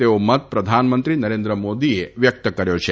તેવ મત પ્રધાનમંત્રી નરેન્દ્ર માદીએ વ્યકત કર્યો છે